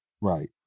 right